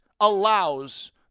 allows